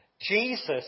Jesus